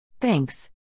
Thanks